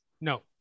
no